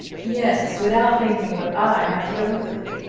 yes without thinking what i have to go through.